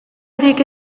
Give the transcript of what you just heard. horiek